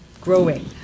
growing